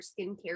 skincare